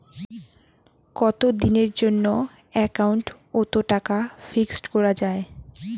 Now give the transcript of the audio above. কতদিনের জন্যে একাউন্ট ওত টাকা ফিক্সড করা যায়?